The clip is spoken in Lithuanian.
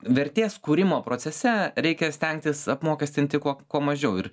vertės kūrimo procese reikia stengtis apmokestinti kuo kuo mažiau ir